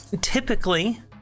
Typically